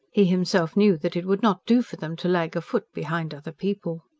he himself knew that it would not do for them to lag a foot behind other people.